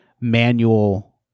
manual